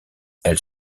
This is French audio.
elle